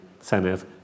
Senate